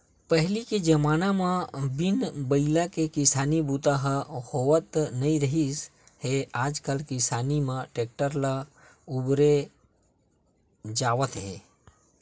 पहिली के जमाना म बिन बइला के किसानी बूता ह होवत नइ रिहिस हे आजकाल किसानी म टेक्टर ल बउरे जावत हे